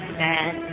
man